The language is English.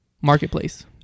marketplace